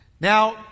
Now